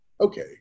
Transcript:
Okay